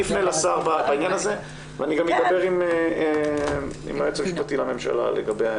אני אפנה לשר בעניין הזה ואני גם אדבר עם היועץ המשפטי לממשלה לגבי